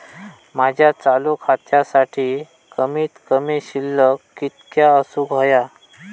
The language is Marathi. माझ्या चालू खात्यासाठी कमित कमी शिल्लक कितक्या असूक होया?